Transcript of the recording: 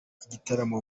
igitaramo